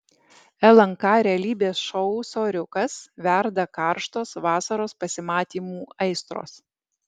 lnk realybės šou soriukas verda karštos vasaros pasimatymų aistros